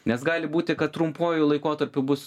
nes gali būti kad trumpuoju laikotarpiu bus